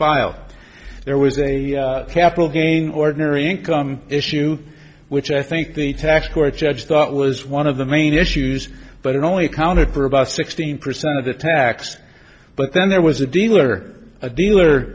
file there was a capital gain ordinary income issue which i think the tax court judge thought was one of the main issues but it only accounted for about sixteen percent of the tax but then there was a deal or a deal